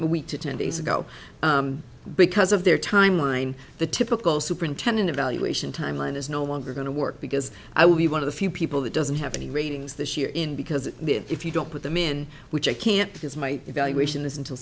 week to ten days ago because of their timeline the typical superintendent evaluation timeline is no longer going to work because i will be one of the few people that doesn't have any ratings this year in because if you don't put them in which i can't because my evaluation is until